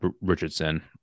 Richardson